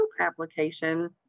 application